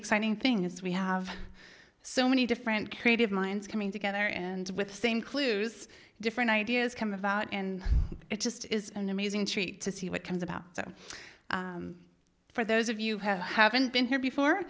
exciting thing is we have so many different creative minds coming together and with the same clues different ideas come about and it just is an amazing treat to see what comes about so for those of you have haven't been here before